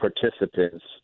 participants